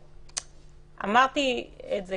אמרתי את זה